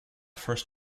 first